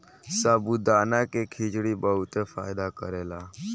साबूदाना के खिचड़ी बहुते फायदा करेला